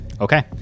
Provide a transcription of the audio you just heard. Okay